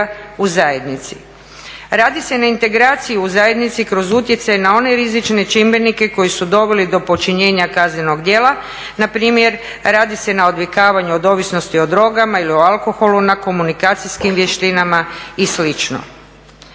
u zajednici. Radi se na integraciji u zajednici kroz utjecaj na one rizične čimbenike koji su doveli do počinjenja kaznenog djela, na primjer radi se na odvikavanju od ovisnosti o drogama ili o alkoholu, na komunikacijskim vještinama i